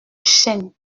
chêne